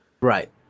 Right